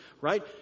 right